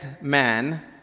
man